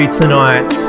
tonight